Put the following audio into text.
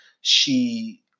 she-